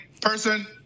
person